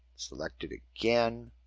select it again.